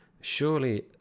surely